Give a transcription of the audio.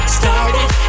started